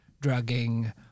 drugging